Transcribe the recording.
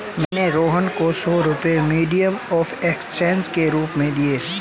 मैंने रोहन को सौ रुपए मीडियम ऑफ़ एक्सचेंज के रूप में दिए